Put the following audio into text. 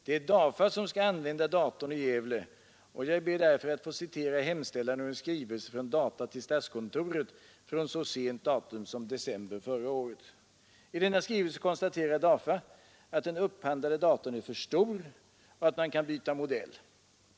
Det är DAFA som skall använda datorn i Gävle, och jag ber därför att få citera hemställan i en skrivelse från DAFA till statskontoret så sent som i december förra året. I denna skrivelse konstaterar DAFA att den upphandlade datorn är för stor och att man kan byta modell.